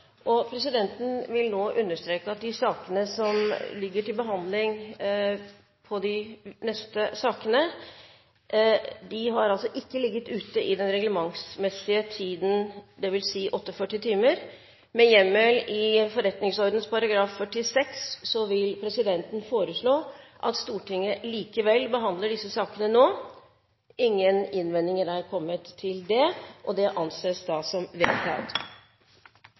og presisert at det ikke er tillatt å reise forslag til avstemning under denne type debatter. Flere har ikke bedt om ordet til sak nr. 2. Presidenten vil understreke at de neste sakene som skal behandles, ikke har ligget ute i den reglementsmessige tiden, dvs. 48 timer. Med hjemmel i forretningsordenen § 46 vil presidenten foreslå at Stortinget likevel behandler disse sakene nå. – Ingen innvendinger er kommet